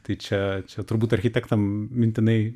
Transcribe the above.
tai čia čia turbūt architektam mintinai